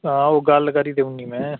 हां ओह् गल्ल करी देई ओड़नी में